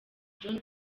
john